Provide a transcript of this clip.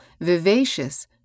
vivacious